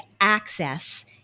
access